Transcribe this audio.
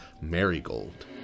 Marigold